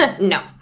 no